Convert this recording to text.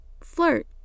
Flirt